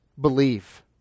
Believe